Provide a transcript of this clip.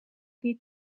niet